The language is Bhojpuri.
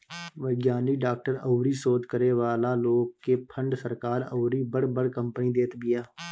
वैज्ञानिक, डॉक्टर अउरी शोध करे वाला लोग के फंड सरकार अउरी बड़ बड़ कंपनी देत बिया